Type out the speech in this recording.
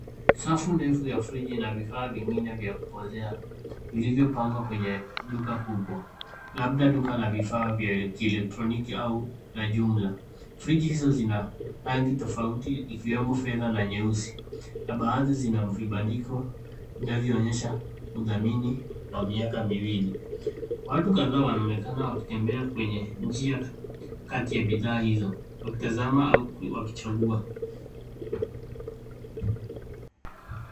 Safu ndefu ya friji na vifaa vingine vya kupozea, vilivyopangwa kwenye duka kubwa, labda duka la vifaa vya kielektroniki au la jumla. Friji hizo zina rangi tofauti ikiwemo fedha na nyeusi, na baadhi zina vibandiko vinavyoonyesha kudhamini kwa miaka miwili. Watu kadhaa wanaonekana wakitembea kwenye njia kati ya bidhaa hizo, wakitazama au wakichagua.